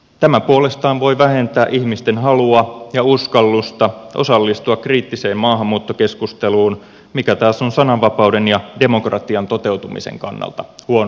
tämä puolestaan voi vähentää ihmisten halua ja uskallusta osallistua kriittiseen maahanmuuttokeskusteluun mikä taas on sananvapauden ja demokratian toteutumisen kannalta huono asia